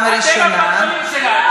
שלוש דקות משלך.